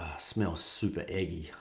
smells super eggy.